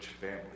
family